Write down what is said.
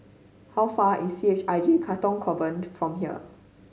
how far away is C H I J Katong Convent from here